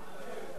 גאלב.